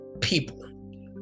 people